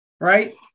Right